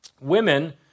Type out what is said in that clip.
women